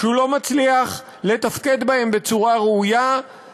שהוא לא מצליח לתפקד בהם בצורה ראויה,